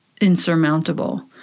insurmountable